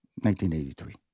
1983